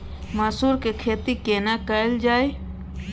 मसूर के खेती केना कैल जाय?